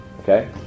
Okay